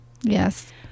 yes